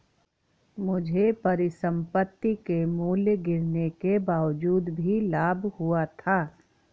मुझे परिसंपत्ति के मूल्य गिरने के बावजूद भी लाभ हुआ था